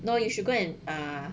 no you should go and ah